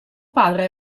padre